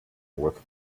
with